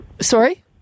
sorry